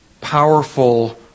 powerful